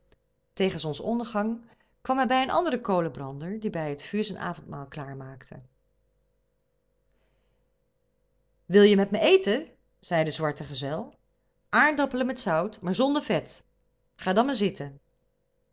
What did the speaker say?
tegen zonsondergang kwam hij bij een anderen kolenbrander die bij het vuur zijn avondmaal klaar maakte wil je met mij eten zei de zwarte gezel aardappelen met zout maar zonder vet ga dan maar zitten